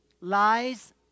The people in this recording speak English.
lies